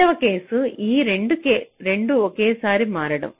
రెండవ కేసు ఈ రెండూ ఒకేసారి మారడం